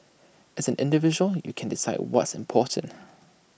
as an individual you can decide what's important